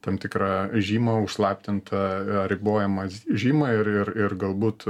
tam tikrą žymą užslaptintą ribojamą s žymą ir ir ir galbūt